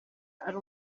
ari